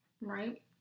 right